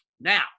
Now